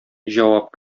җавап